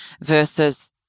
versus